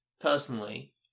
personally